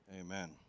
Amen